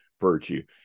virtue